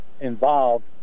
involved